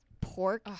pork